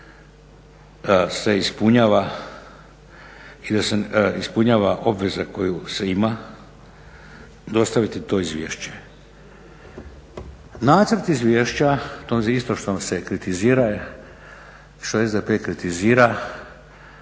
da se ispunjava obveza koja se ima, dostaviti to izvješće. Nacrt izvješća, to za isto što se kritizira je, što SDP kritizira